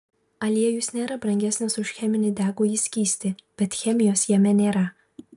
aliejus nėra brangesnis už cheminį degųjį skystį bet chemijos jame nėra